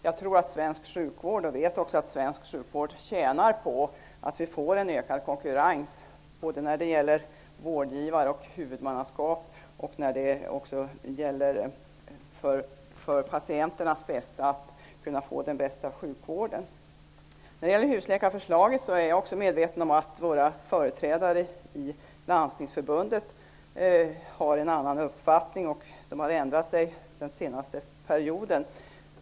Jag vet att svensk sjukvård tjänar på att vi får en ökad konkurrens, både när det gäller vårdgivare och huvudmannaskap samt för att patienterna skall kunna få den bästa sjukvården. När det gäller husläkarförslaget är jag också medveten om att våra företrädare i Landstingsförbundet har en annan uppfattning. De har ändrat sig den senaste perioden.